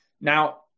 now